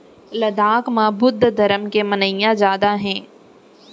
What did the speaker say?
लद्दाख म बुद्ध धरम के मनइया जादा हे